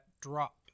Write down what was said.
drop